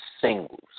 singles